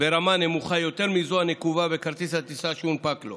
ברמה נמוכה יותר מזו הנקובה בכרטיס הטיסה שהונפק לו.